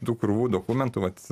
tų krūvų dokumentų vat